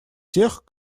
тех